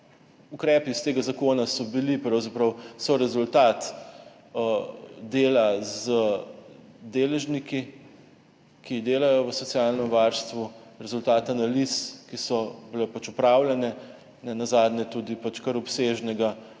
Ukrepi iz tega zakona so rezultat dela z deležniki, ki delajo v socialnem varstvu, rezultat analiz, ki so bile opravljene, nenazadnje tudi kar obsežnega